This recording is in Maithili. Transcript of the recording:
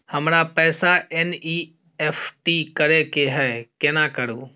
हमरा पैसा एन.ई.एफ.टी करे के है केना करू?